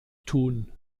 tun